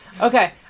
okay